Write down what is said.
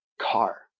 car